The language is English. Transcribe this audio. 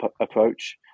approach